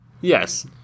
Yes